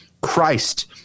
Christ